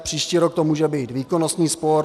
Příští rok to může být výkonnostní sport.